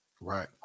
right